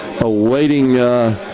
awaiting